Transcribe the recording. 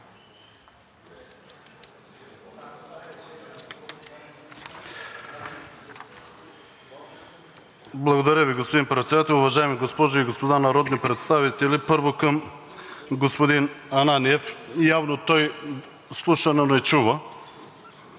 Благодаря Ви, господин Председател. Уважаеми госпожи и господа народни представители! Първо към господин Ананиев. Явно той слуша, но не чува